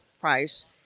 price